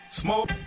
smoke